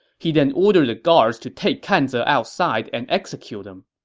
he then ordered the guards to take kan ze outside and execute him.